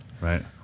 Right